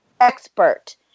expert